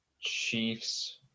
Chiefs